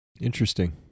Interesting